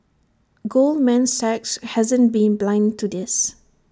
Goldman Sachs hasn't been blind to this